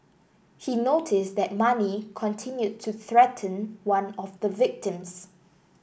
he noted that Mani continued to threaten one of the victims